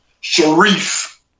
Sharif